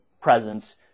presence